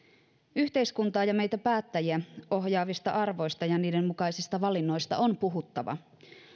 yhteiskuntaa ja meitä päättäjiä ohjaavista arvoista ja niiden mukaisista valinnoista on puhuttava